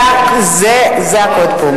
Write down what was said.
זה הקוד פה.